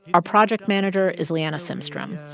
our project manager is liana simstrom.